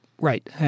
Right